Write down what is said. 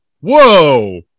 whoa